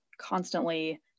constantly